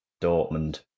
Dortmund